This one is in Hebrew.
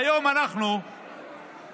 היום אנחנו באים